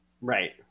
right